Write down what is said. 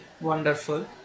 Wonderful